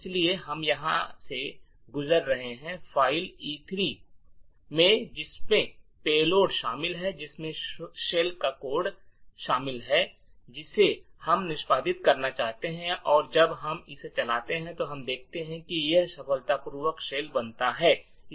इसलिए हम यहां से गुजर रहे हैं फाइल E3 है जिसमें पेलोड शामिल है जिसमें शेल कोड है जिसे हम निष्पादित करना चाहते हैं और जब हम इसे चलाते हैं तो हम देखते हैं कि यह सफलतापूर्वक शेल बनाता है